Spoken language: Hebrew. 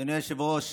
אדוני היושב-ראש,